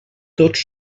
tots